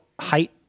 height